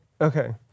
Okay